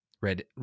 red